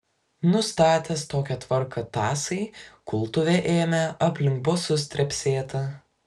nustatęs tokią tvarką tasai kultuvė ėmė aplink bosus trepsėti